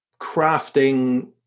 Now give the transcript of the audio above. crafting